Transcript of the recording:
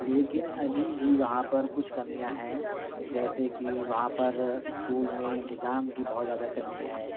لیکن ابھی بھی وہاں پر کچھ کمیاں ہیں جیسے کہ وہاں پر اسکول میں نظام کی بہت زیادہ کمی ہے